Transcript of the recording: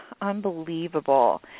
unbelievable